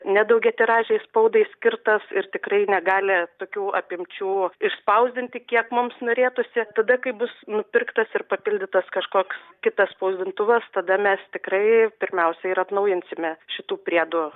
ne daugiatiražei spaudai skirtas ir tikrai negali tokių apimčių išspausdinti kiek mums norėtųsi tada kai bus nupirktas ir papildytas kažkoks kitas spausdintuvas tada mes tikrai pirmiausia ir atnaujinsime šitų priedų